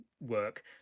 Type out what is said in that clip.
work